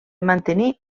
mantenir